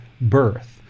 birth